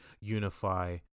unify